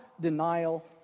denial